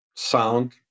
sound